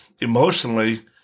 emotionally